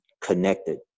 connected